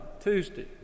Tuesday